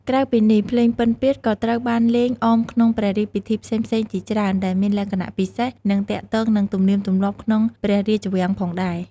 ក្រៅពីនេះ ភ្លេងពិណពាទ្យក៏ត្រូវបានលេងអមក្នុងព្រះរាជពិធីផ្សេងៗជាច្រើន ដែលមានលក្ខណៈពិសេស និងទាក់ទងនឹងទំនៀមទម្លាប់ក្នុងព្រះរាជវាំងផងដេរ។